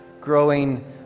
growing